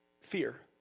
fear